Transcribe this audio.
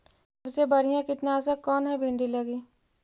सबसे बढ़िया कित्नासक कौन है भिन्डी लगी?